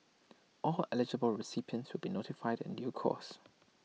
all eligible recipients will be notified in due course